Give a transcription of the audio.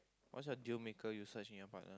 what's a deal maker you search in your partner